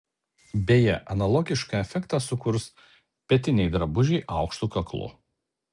beje analogišką efektą sukurs petiniai drabužiai aukštu kaklu